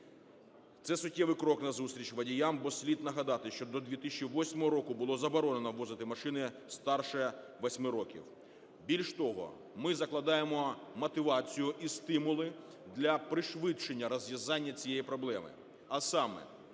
Це суттєвий крок назустріч водіям. Бо слід нагадати, що до 2008 року було заборонено ввозити машини старше 8 років. Більш того, ми закладаємо мотивацію і стимули для пришвидшення розв'язання цієї проблеми.